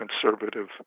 conservative